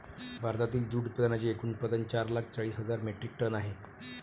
भारतातील जूट उत्पादनांचे एकूण उत्पादन चार लाख चाळीस हजार मेट्रिक टन आहे